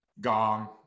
Gong